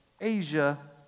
Asia